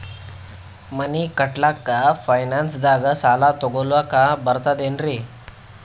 ಮನಿ ಕಟ್ಲಕ್ಕ ಫೈನಾನ್ಸ್ ದಾಗ ಸಾಲ ತೊಗೊಲಕ ಬರ್ತದೇನ್ರಿ?